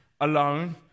alone